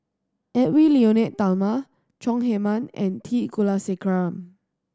Edwy Lyonet Talma Chong Heman and T Kulasekaram